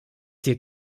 dir